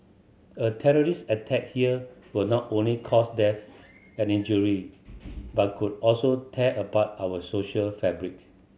a terrorist attack here will not only cause death and injury but could also tear apart our social fabric